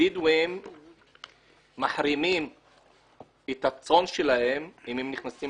לבדואים מחרימים את הצאן שלהם אם הם נכנסים